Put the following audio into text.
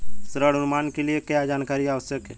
ऋण अनुमान के लिए क्या जानकारी आवश्यक है?